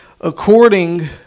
according